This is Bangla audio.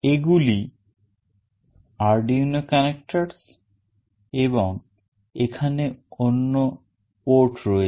এগুলি Arduino connectors এবং এখানে অন্য port রয়েছে